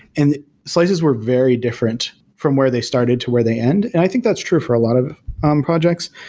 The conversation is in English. and slices were very different from where they started to where they end, and i think that's true for a lot of um projects.